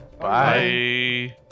Bye